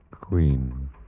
Queen